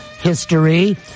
history